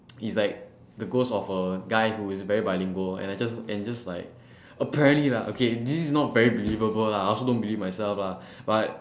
is like the ghost of a guy who is very bilingual and I just and I just like apparently lah okay this not very believable lah I also don't believe myself lah but